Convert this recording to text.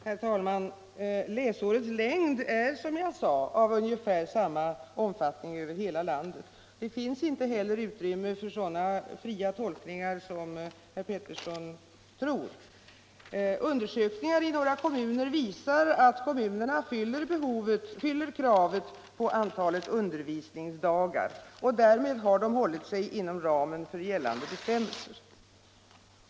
Herr talman! Läsårets längd är som jag sade, ungefär densamma över hela landet. Och det finns inte något utrymme för sådana fria tolkningar som herr Petersson i Röstånga tror att det finns. Undersökningar i några kommuner visar alt kommunerna fyller kravet på antalet undervisningsdagar, och därmed har de hållit sig inom ramen för gällande bestämmelser.